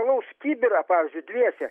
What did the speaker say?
alaus kibirą pavyzdžiui dviese